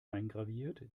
eingraviert